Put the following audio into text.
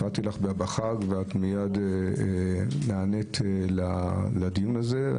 הפרעתי לך בחג ואת מייד נענית לדיון הזה.